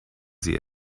sie